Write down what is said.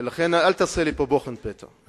לכן אל תעשה לי פה בוחן פתע.